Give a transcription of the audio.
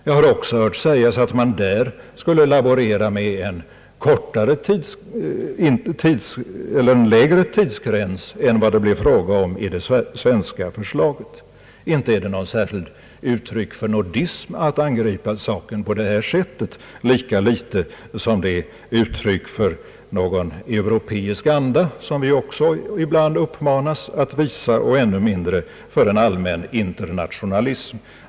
Jag har också hört sägas att man där skulle laborera med en lägre tidsgräns än vad det är fråga om i det svenska förslaget. Inte är det något särskilt bra uttryck för nordism att angripa saken på det här sättet, lika litet som det är uttryck för någon europeisk anda, som vi ibland uppmanas att visa, och ännu mindre för en allmän internationalism.